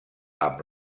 amb